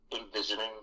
envisioning